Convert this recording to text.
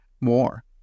more